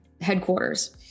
headquarters